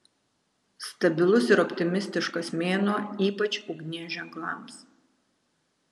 stabilus ir optimistiškas mėnuo ypač ugnies ženklams